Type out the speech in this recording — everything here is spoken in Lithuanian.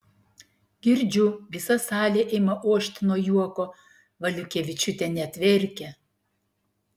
girdžiu visa salė ima ošti nuo juoko valiukevičiūtė net verkia